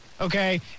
Okay